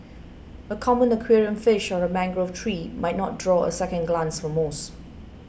a common aquarium fish or a mangrove tree might not draw a second glance from most